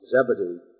Zebedee